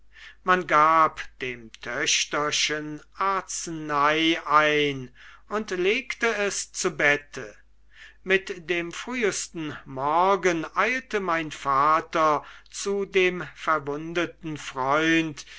man gab dem töchterchen arznei ein und legte es zu bette mit dem frühsten morgen eilte mein vater zu dem verwundeten freund